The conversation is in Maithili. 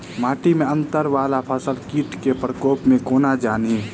माटि केँ अंदर वला फसल मे कीट केँ प्रकोप केँ कोना जानि?